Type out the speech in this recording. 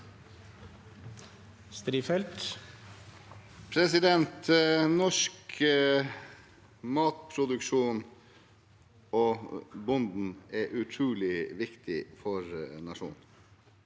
Norsk mat- produksjon og bonden er utrolig viktig for nasjonen.